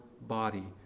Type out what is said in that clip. body